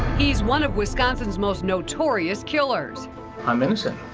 he's one of wisconsins most notorious killers i'm innocent.